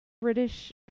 British